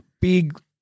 big